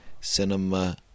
Cinema